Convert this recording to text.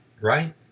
right